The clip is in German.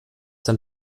dein